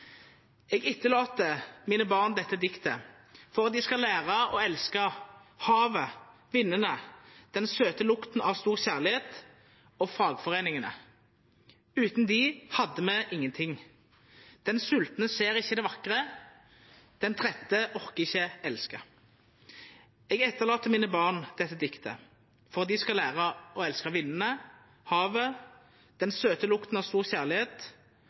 etterlater mine barn dette diktet For at de skal lære å elske vindene, havet, Den søte lukten av stor kjærlighet, - og fagforeningene. Uten dem hadde vi ingenting. Den sultne ser ikke det vakre. Den trette orker ikke elske. Jeg etterlater mine barn dette diktet For at de skal lære å elske vindene, havet, Den søte lukten av stor kjærlighet,